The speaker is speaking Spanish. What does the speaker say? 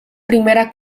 primera